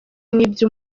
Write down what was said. n’ibyo